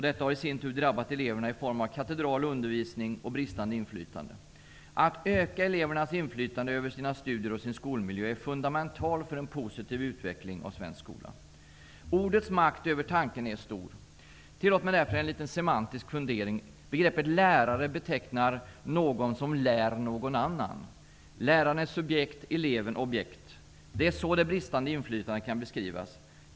Detta har i sin tur drabbat eleverna i form av katedral undervisning och bristande inflytande. Att öka elevernas inflytande över sina studier och sin skolmiljö är fundamentalt för en positiv utveckling av svensk skola. Ordens makt över tanken är stor. Tillåt mig därför en semantisk fundering: begreppet ''lärare'' betecknar någon som lär någon annan. Läraren är subjekt, eleven är objekt. Det är så som det bristande inflytandet kan beskrivas.